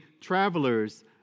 travelers